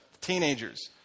teenagers